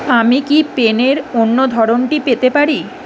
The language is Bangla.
আমি কি পেনের অন্য ধরনটি পেতে পারি